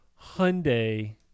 Hyundai